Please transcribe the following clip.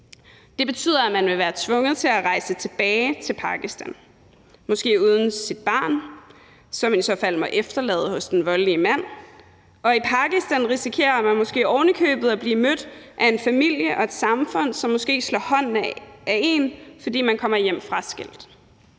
Det betyder, at man vil være tvunget til at rejse tilbage til Pakistan, måske uden sit barn, som man i så fald må efterlade hos den voldelige mand. Og i Pakistan risikerer man måske ovenikøbet at blive mødt af en familie og et samfund, som måske slår hånden af en, fordi man kommer fraskilt